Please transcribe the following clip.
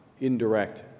indirect